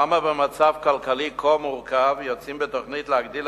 למה במצב כלכלי כה מורכב יוצאים בתוכנית להגדיל